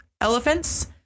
elephants